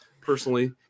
personally